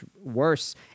worse